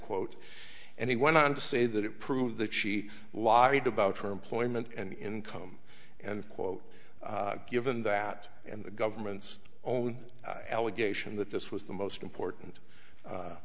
quote and he went on to say that it proved that she lied about term ploy meant and income and quote given that and the government's own allegation that this was the most important